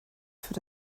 für